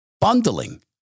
Bundling